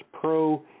Pro